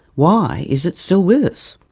why is it still with us?